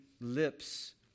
lips